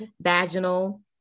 vaginal